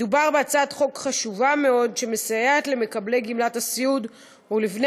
מדובר בהצעת חוק חשובה מאוד שמסייעת למקבלי גמלת הסיעוד ולבני